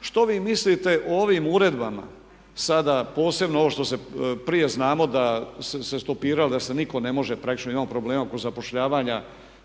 što vi mislite o ovim uredbama sada posebno ovo što se, prije znamo da se stopiralo, da se nitko ne može, praktički imamo problema oko zapošljavanja